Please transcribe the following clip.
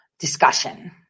discussion